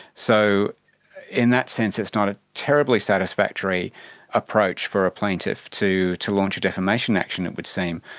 so in that sense it's not a terribly satisfactory approach for a plaintiff to to launch a defamation action, it would seem.